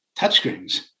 touchscreens